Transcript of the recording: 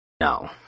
No